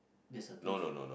there's a tooth